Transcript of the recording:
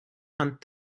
hunt